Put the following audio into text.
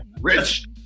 Rich